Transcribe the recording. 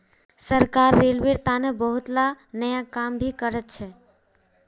सरकार रेलवेर तने बहुतला नया काम भी करछ